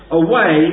away